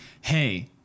Hey